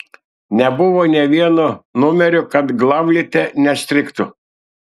nebuvo nė vieno numerio kad glavlite nestrigtų